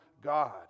God